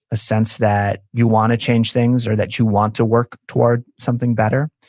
a sense that you want to change things, or that you want to work toward something better.